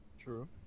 true